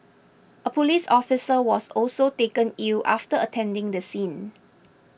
a police officer was also taken ill after attending the scene